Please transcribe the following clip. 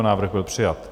Návrh byl přijat.